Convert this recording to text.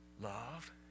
love